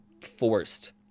forced